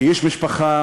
כאיש משפחה